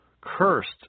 Cursed